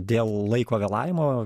dėl laiko vėlavimo